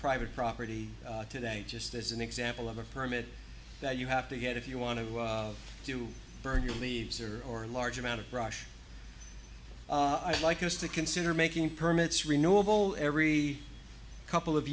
private property today just as an example of a permit that you have to get if you want to do burn your leaves or or a large amount of brush i'd like us to consider making permits renewable every couple of